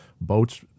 Boats